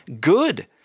good